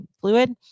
fluid